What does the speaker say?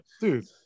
Dude